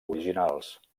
originals